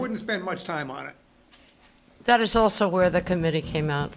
wouldn't spend much time on it that is also where the committee came out